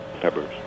peppers